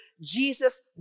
Jesus